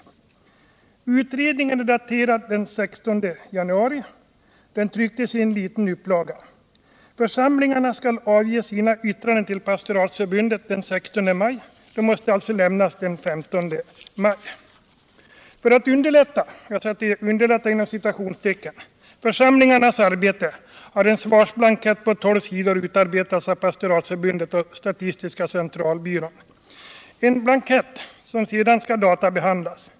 Utredningen är daterad den 16 januari. Den trycktes i en liten upplaga. Församlingarna skall avge sina yttranden till Pastoratsförbundet den 16 maj — de måste alltså lämnas den 15 maj. För att ”underlätta” församlingarnas arbete har en svarsblankett på tolv sidor utarbetats av Pastoratsförbundet och statistiska centralbyrån — en blankett som sedan skall databehandlas.